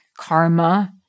karma